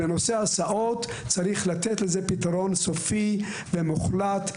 בנושא ההסעות צריך לתת לזה פתרון סופי ומוחלט,